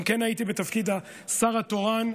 גם כן הייתי בתפקיד השר התורן,